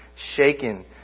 shaken